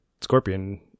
Scorpion